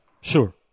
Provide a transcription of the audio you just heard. sure